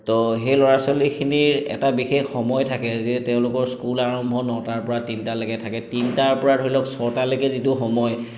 তো সেই ল'ৰা ছোৱালীখিনিৰ এটা বিশেষ সময় থাকে যে তেওঁলোকৰ স্কুল আৰম্ভ নটাৰ পৰা তিনিটালৈকে থাকে তিনিটাৰ পৰা ধৰি লওক ছটালৈকে যিটো সময়